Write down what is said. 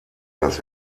das